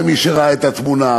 למי שראה את התמונה,